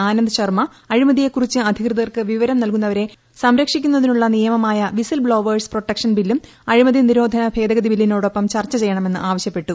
ആനന്ദ് ശർമ്മ അഴിമതിയെക്കുറിച്ച് അധികൃതർക്ക് വിവരം നൽകുന്നവരെ സംരക്ഷിക്കുന്നതിനുള്ള നിയമമായ വിസിൽ ബ്നോവേഴ്സ് പ്രൊട്ടക്ഷൻ ബില്ലും അഴിമതി നിരോധന ഭേദഗതി ബില്ലിനോടൊപ്പം ചർച്ച ചെയ്യണമെന്ന് ആവശ്യപ്പെട്ടു